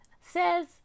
says